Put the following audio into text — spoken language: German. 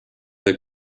der